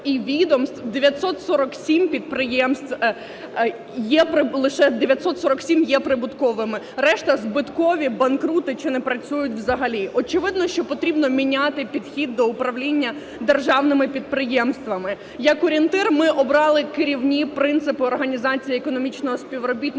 947 є прибутковими, решта збиткові, банкрути чи не працюють взагалі. Очевидно, що потрібно міняти підхід до управління державними підприємствами. Як орієнтир ми обрали керівні принципи Організації економічного співробітництва